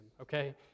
okay